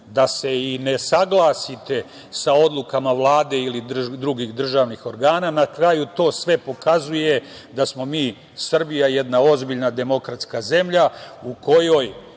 da se i ne saglasite sa odlukama Vlade ili drugih državnih organa. Na kraju, sve to pokazuje da smo mi Srbija, jedna ozbiljna demokratske zemlja u kojoj